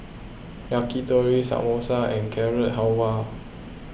Yakitori Samosa and Carrot Halwa